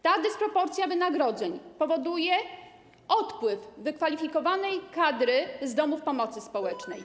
Ta dysproporcja wynagrodzeń powoduje odpływ wykwalifikowanej kadry z domów pomocy społecznej.